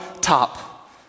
top